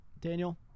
Daniel